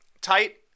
tight